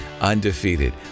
Undefeated